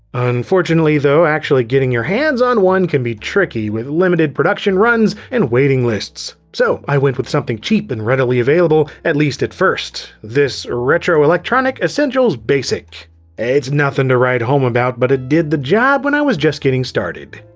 unfortunately though, actually getting your hands on one can be tricky, with limited production runs and waiting lists. so i went with something cheap and readily available, at least at first this retroelectronik essentials basic. it's nothing to write home about but it did the job when i was just getting started.